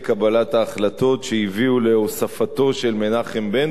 קבלת ההחלטות שהביאו להוספתו של מנחם בן.